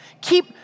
Keep